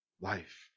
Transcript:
life